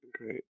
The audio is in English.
Great